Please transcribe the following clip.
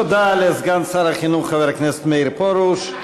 תודה לסגן שר החינוך חבר הכנסת מאיר פרוש.